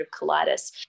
colitis